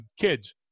kids